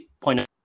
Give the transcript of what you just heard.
point